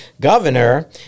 governor